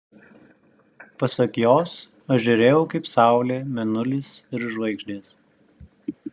pasak jos aš žėrėjau kaip saulė mėnulis ir žvaigždės